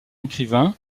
écrivain